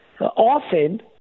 often